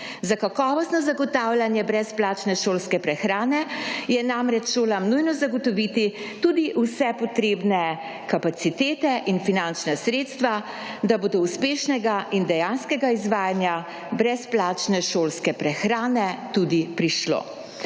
Za kakovostno zagotavljanje brezplačne šolske prehrane je namreč šolam nujno zagotoviti tudi vse potrebne kapacitete in finančna sredstva, da bo do uspešnega dejanskega izvajanja brezplačne šolske prehrane tudi prišlo.